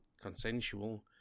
consensual